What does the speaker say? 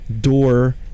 door